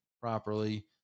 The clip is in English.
properly